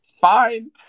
fine